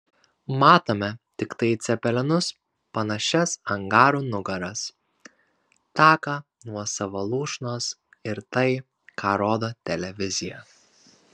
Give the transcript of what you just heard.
matome tiktai į cepelinus panašias angarų nugaras taką nuo savo lūšnos ir tai ką rodo televizija